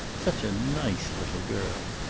such a nice little girl.